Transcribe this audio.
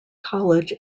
college